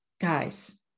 guys